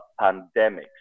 pandemics